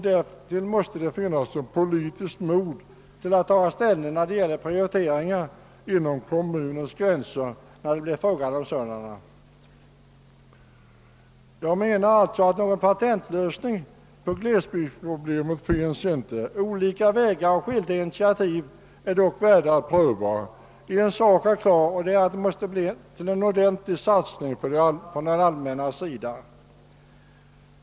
Därtill måste det finnas ett politiskt mod att ta ställning när prioriteringar inom kommunens gränser blir aktuella. Jag anser alltså att det inte finns någon patentlösning på glesbygdsproblemen. Olika vägar och skilda initiativ är dock värda att prövas. Det måste emellertid ske en ordentlig satsning från samhällets sida.